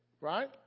right